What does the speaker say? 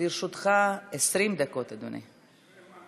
לרשותך 20 דקות, אדוני.